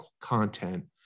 content